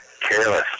careless